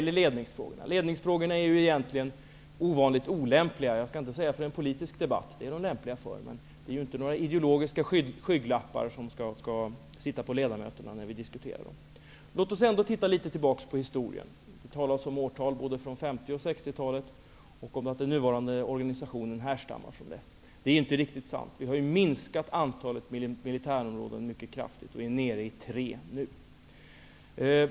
Ledningsfrågorna är egentligen ovanligt olämpliga -- jag skall inte säga för en politisk debatt, det är de lämpliga för. Det skall ju inte sitta några ideologiska skygglappar på ledamöterna när vi diskuterar detta. Låt oss titta tillbaka på historien. Det har nämnts årtal både från 1950 och 1960-talet, och man har sagt att den nuvarande organisationen härstammar därifrån. Det är inte riktigt sant. Vi har minskat antalet militärområden mycket kraftigt. Vi är nere i tre nu.